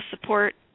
support